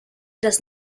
das